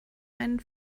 einen